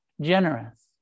generous